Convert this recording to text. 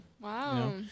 Wow